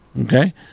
Okay